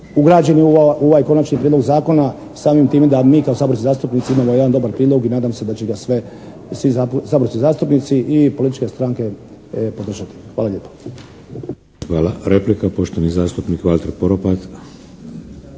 ugrađeni u ovaj Konačni prijedlog zakona samim time da mi kao saborski zastupnici imamo jedan dobar prijedlog i nadam se da će ga svi saborski zastupnici i političke stranke podržati. Hvala lijepo. **Šeks, Vladimir (HDZ)** Hvala. Replika. Poštovani zastupnik Valter Poropat.